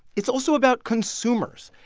it's also about consumers.